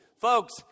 Folks